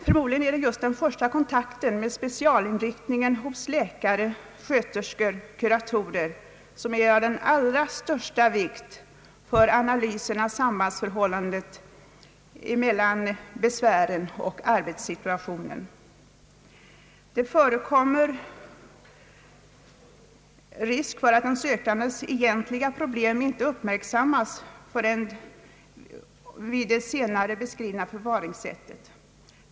Förmodligen är det just vid den första kontakten som specialinriktningen hos läkare, sköterskor och kurator är av den allra största vikt för analysen av sambandet mellan besvären och arbetssituationen. Det finns risk för att den sökandes egentliga problem inte uppmärksammas vid det senare beskrivna förfaringssättet.